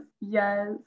Yes